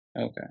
okay